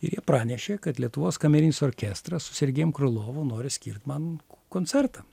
ir jie pranešė kad lietuvos kamerinis orkestras su sergejum krylovu nori skirt man koncertą